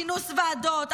כינוס ועדות,